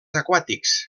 aquàtics